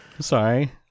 Sorry